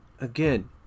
again